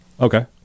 okay